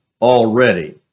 already